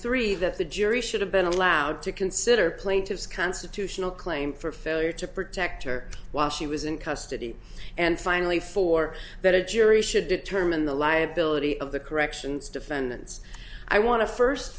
three that the jury should have been allowed to consider plaintiff's constitutional claim for failure to protect her while she was in custody and finally for that a jury should determine the liability of the corrections defendants i want to first